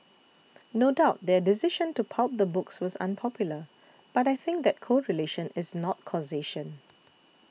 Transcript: no doubt their decision to pulp the books was unpopular but I think that correlation is not causation